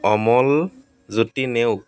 Amal Jyoti Neog